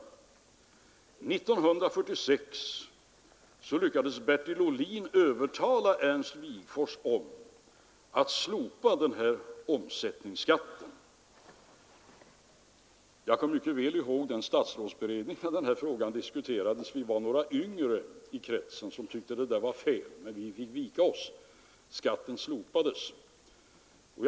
År 1946 lyckades Bertil Ohlin övertala Ernst Wigforss att slopa denna omsättningsskatt. Jag kommer mycket väl ihåg den statsrådsberedning då den här frågan diskuterades. Vi var några yngre i kretsen som tyckte det var fel att slopa omsättningsskatten, men vi fick vika oss.